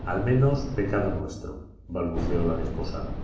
al menos pecado nuestro balbuceó la desposada